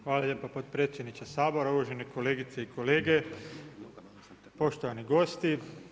Hvala lijepa potpredsjedniče Sabora, uvažene kolegice i kolege, poštovani gosti.